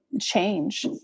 change